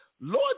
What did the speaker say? Lord